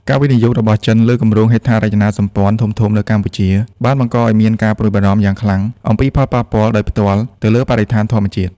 ការវិនិយោគរបស់ចិនលើគម្រោងហេដ្ឋារចនាសម្ព័ន្ធធំៗនៅកម្ពុជា បានបង្កឲ្យមានការព្រួយបារម្ភយ៉ាងខ្លាំងអំពីផលប៉ះពាល់ដោយផ្ទាល់ទៅលើបរិស្ថានធម្មជាតិ។